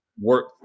work